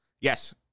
Yes